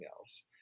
else